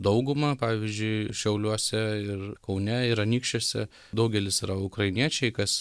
daugumą pavyzdžiui šiauliuose ir kaune ir anykščiuose daugelis yra ukrainiečiai kas